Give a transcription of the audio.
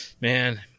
Man